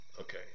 Okay